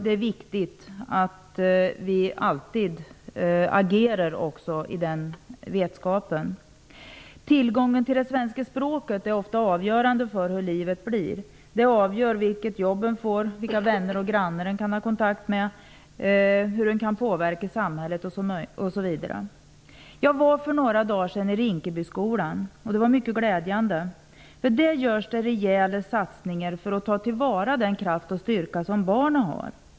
Det är viktigt att vi också agerar efter den vetskapen. Tillgången till svenska språket är ofta avgörande för hur dessa människors liv blir. Det avgör vilket jobb man får, vilka vänner och grannar som man kan ha kontakt med, hur man kan påverka samhället osv. Jag var för några dagar sedan i Rinkebyskolan, och det var mycket glädjande. Där görs det rejäla satsningar för att ta till vara den kraft och styrka som barnen har.